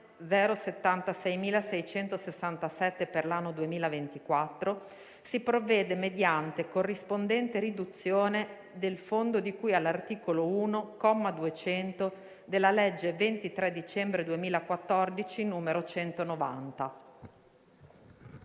1.076.667 per l'anno 2024, si provvede mediante corrispondente riduzione del fondo di cui all'articolo 1, comma 200, della legge 23 dicembre 2014, n. 190".